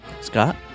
Scott